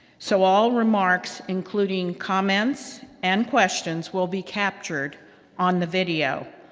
so all remarks including comments and questions will be captured on the video.